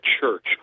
church